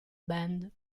band